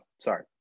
Sorry